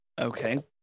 Okay